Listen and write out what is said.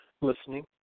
listening